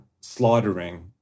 slaughtering